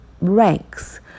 ranks